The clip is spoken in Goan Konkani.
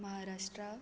महाराष्ट्रा